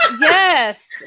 yes